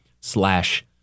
slash